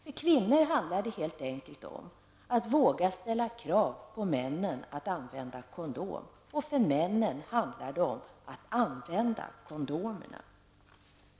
För kvinnor handlar det helt enkelt om att våga ställa krav på männen att använda kondom. Och för männen handlar det om att använda kondom.